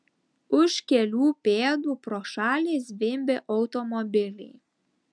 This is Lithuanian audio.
už kelių pėdų pro šalį zvimbė automobiliai